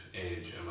age